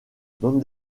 bande